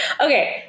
okay